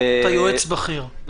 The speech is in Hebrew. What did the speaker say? לעשות שינויים -- אתה יועץ בכיר.